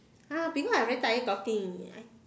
!huh! because I very tired talking I